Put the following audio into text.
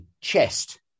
chest